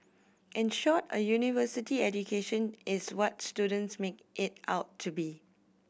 in short a university education is what students make it out to be